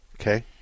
Okay